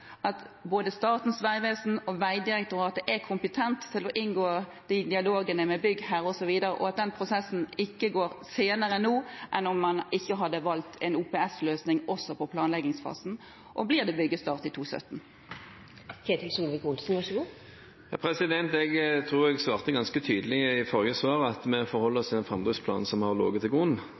prosessen ikke går saktere nå enn om man ikke hadde valgt en OPS-løsning også for planleggingsfasen? Og blir det byggestart i 2017? Jeg tror jeg svarte ganske tydelig i det forrige svaret at vi forholder oss til den framdriftsplanen som har ligget til grunn.